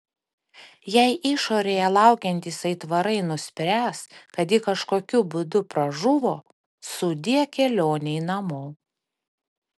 jei išorėje laukiantys aitvarai nuspręs kad ji kažkokiu būdu pražuvo sudie kelionei namo